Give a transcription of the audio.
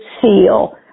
seal